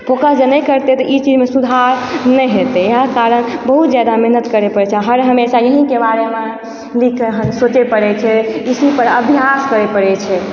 focus जे नहि करतै तऽ ई चीजमे सुधार नहि हेतै इएहा कारण बहुत जादा मेहनत करै परै छै आ हर हमेशा एहिके बारेमे लिख कऽ सोचे परै छै इसी पर अभ्यास करै परै छै